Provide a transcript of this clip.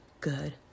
good